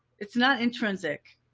it's not intrinsic.